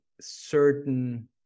certain